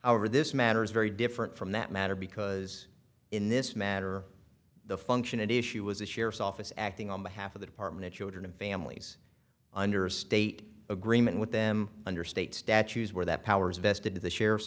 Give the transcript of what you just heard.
however this matter is very different from that matter because in this matter the function at issue was a sheriff's office acting on behalf of the department of children and families under state agreement with them under state statutes where that powers vested in the sheriff's